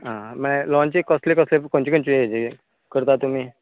आं मागीर लोणचींक खंयचे खंयचे हेजे करतात तुमी